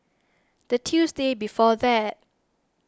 the Tuesday before that